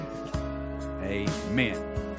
amen